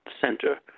center